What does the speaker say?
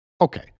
okay